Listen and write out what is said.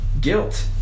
Guilt